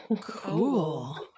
cool